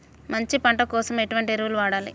మంచి పంట కోసం ఎటువంటి ఎరువులు వాడాలి?